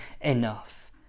enough